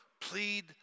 Plead